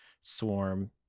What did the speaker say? swarm